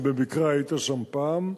שבמקרה היית שם פעם,